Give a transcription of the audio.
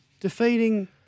Defeating